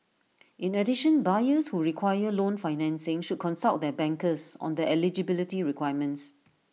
in addition buyers who require loan financing should consult their bankers on their eligibility requirements